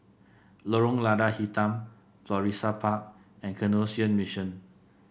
Lorong Lada Hitam Florissa Park and Canossian Mission